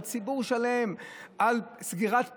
על סגירת פערים,